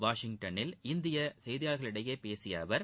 வாஷிங்டனில் இந்திய செய்தியாளர்களிடம் பேசிய அவர்